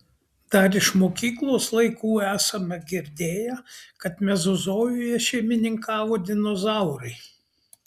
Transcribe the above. dar iš mokyklos laikų esame girdėję kad mezozojuje šeimininkavo dinozaurai